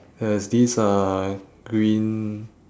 has this uh green